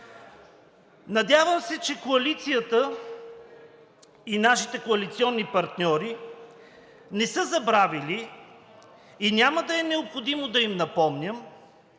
Надявам се, че коалицията и нашите коалиционни партньори не са забравили и няма да е необходимо да им напомням,